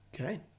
okay